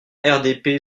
rrdp